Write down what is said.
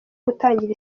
gutangira